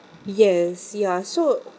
yes ya so